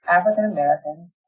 African-Americans